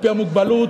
על-פי המוגבלות,